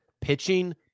Pitching